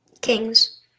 kings